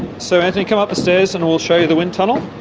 so antony, come up the stairs and we'll show you the windtunnel.